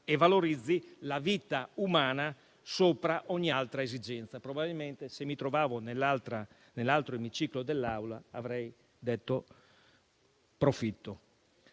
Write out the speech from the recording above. e valorizzi la vita umana al di sopra ogni altra esigenza. Probabilmente se mi fossi trovato nell'altro emiciclo dell'Aula, avrei detto profitto.